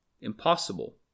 Impossible